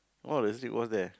what does it what's there